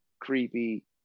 creepy